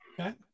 Okay